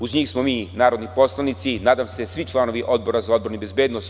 Uz njih smo mi narodni poslanici i nadam se svi članovi Odbora za odbranu i bezbednost.